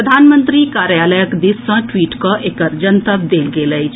प्रधानमंत्री कार्यालयक दिस सँ ट्वीट कऽ एकर जनतब देल गेल अछि